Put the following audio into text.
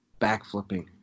backflipping